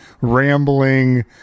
rambling